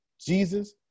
Jesus